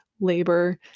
labor